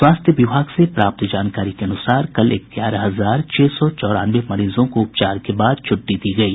स्वास्थ्य विभाग से प्राप्त जानकारी के अनुसार कल ग्यारह हजार छह सौ चौरानवे मरीजों को उपचार के बाद छुट्टी दी गयी